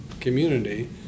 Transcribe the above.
community